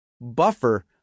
buffer